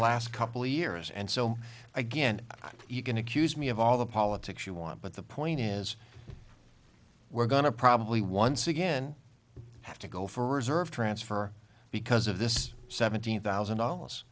last couple years and so again you can accuse me of all the politics you want but the point is we're going to probably once again have to go for reserve transfer because of this seventeen thousand dollars